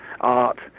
art